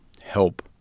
help